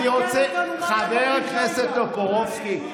חבר הכנסת טופורובסקי.